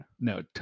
No